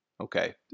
Okay